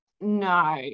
No